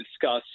discuss